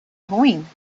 ruim